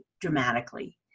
dramatically